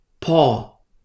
Paul